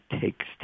takes